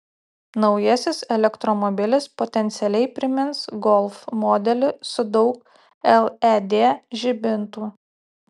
naujasis elektromobilis potencialiai primins golf modelį su daug led žibintų